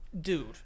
Dude